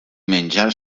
menjar